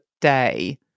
day